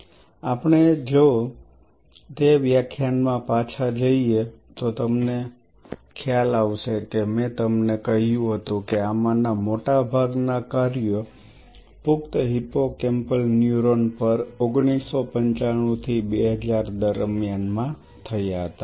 અને જો આપણે તે વ્યાખ્યાનમાં પાછા જઈએ તો તમને ખ્યાલ આવશે કે મેં તમને કહ્યું હતું કે આમાંના મોટાભાગના કાર્યો પુખ્ત હિપ્પોકેમ્પલ ન્યુરોન પર 1995 થી 2000 દરમ્યાનમાં થયા હતા